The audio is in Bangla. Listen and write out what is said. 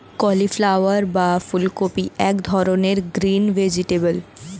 কলিফ্লাওয়ার বা ফুলকপি এক ধরনের গ্রিন ভেজিটেবল